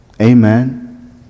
Amen